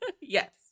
Yes